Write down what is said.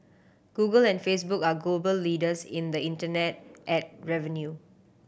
Google and Facebook are global leaders in the internet ad revenue